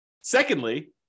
secondly